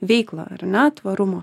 veiklą ar ne tvarumo